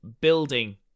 building